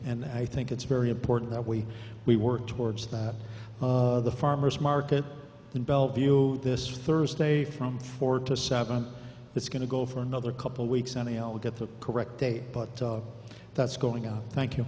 and i think it's very important that we we work towards that the farmer's market in bellevue this thursday from four to seven it's going to go for another couple weeks and l get the correct date but that's going out thank you